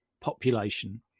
population